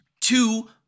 Two